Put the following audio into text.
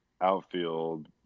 outfield